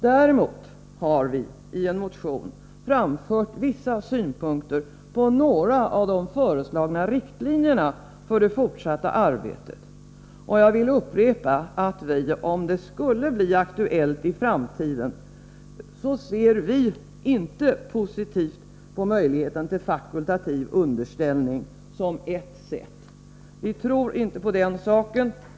Däremot har vi i en motion framfört vissa synpunkter på några av de föreslagna riktlinjerna för det fortsatta arbetet. Jag vill upprepa att vi, om det skulle bli aktuellt i framtiden, inte ser positivt på möjligheten till fakultativ underställning som ett sätt. Vi tror inte på den saken.